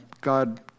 God